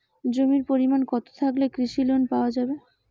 জমির পরিমাণ কতো থাকলে কৃষি লোন পাওয়া যাবে?